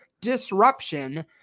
disruption